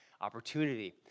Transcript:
opportunity